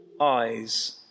eyes